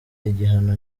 igihano